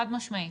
חד משמעית.